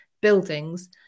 buildings